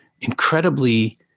incredibly